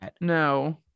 No